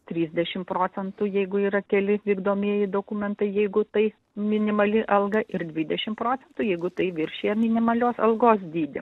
trisdešim procentų jeigu yra keli vykdomieji dokumentai jeigu tai minimali alga ir dvidešim procentų jeigu tai viršija minimalios algos dydį